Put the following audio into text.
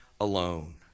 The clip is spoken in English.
alone